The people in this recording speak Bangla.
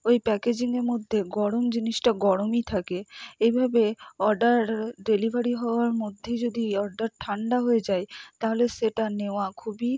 ওই প্যাকেজিংয়ের মধ্যে গরম জিনিসটা গরমই থাকে এইভাবে অর্ডার ডেলিভারি হওয়ার মধ্যেই যদি অর্ডার ঠান্ডা হয়ে যায় তাহলে সেটা নেওয়া খুবই